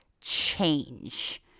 change